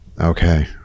Okay